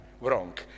wrong